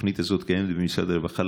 התוכנית הזאת קיימת במשרד רווחה,